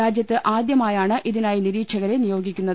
രാജ്യത്ത് ആദ്യമായാണ് ഇതിനായി നിരീക്ഷ കരെ നിയോഗിക്കുന്നത്